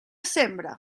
sembre